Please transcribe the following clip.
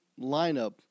lineup